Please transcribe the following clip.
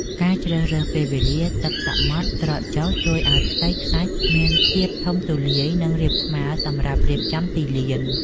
ការជ្រើសរើសពេលដែលទឹកសមុទ្រស្រកចុះ ជួយឱ្យផ្ទៃខ្សាច់មានភាពធំទូលាយ និងរាបស្មើសម្រាប់រៀបចំទីលាន។